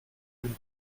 une